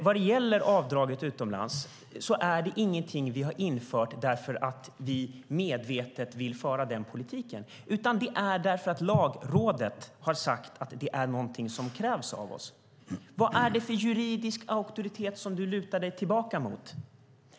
När det gäller avdrag utomlands kan jag säga att det inte är något som vi har infört därför att vi medvetet vill föra den politiken, utan anledningen är att Lagrådet sagt att det är något som krävs av oss. Vad är det för juridisk auktoritet som du, Peter Persson, lutar dig mot?